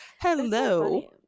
hello